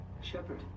Shepard